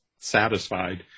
satisfied